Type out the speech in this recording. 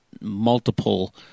multiple